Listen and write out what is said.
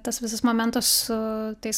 tas visas momentas su tais